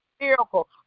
Miracle